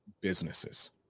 businesses